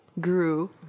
grew